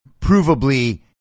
provably